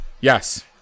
Yes